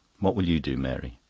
what will you do, mary?